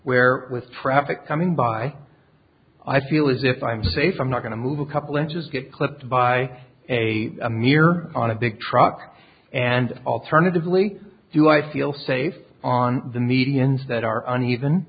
where with traffic coming by i feel as if i'm safe i'm not going to move a couple inches get clipped by a mirror on a big truck and alternatively you are feel safe on the medians that are uneven